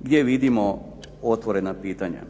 Gdje vidimo otvorena pitanja.